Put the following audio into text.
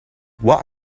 what